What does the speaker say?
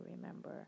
remember